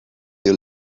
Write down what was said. your